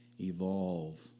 evolve